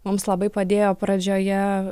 mums labai padėjo pradžioje